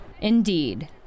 Indeed